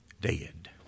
Dead